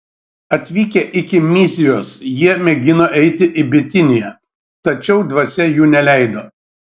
atvykę iki myzijos jie mėgino eiti į bitiniją tačiau dvasia jų neleido